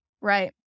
Right